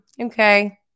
okay